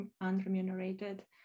unremunerated